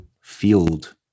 field